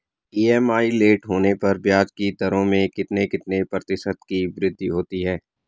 EMI late होने पर ब्याज की दरों में कितने कितने प्रतिशत की वृद्धि होती है?